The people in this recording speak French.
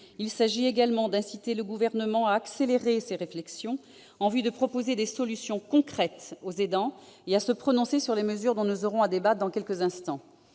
Il s'agit également d'inciter le Gouvernement à accélérer ses réflexions, en vue de proposer des solutions concrètes aux aidants, et à se prononcer sur les mesures dont nous aurons à débattre dans quelques instants.